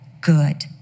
good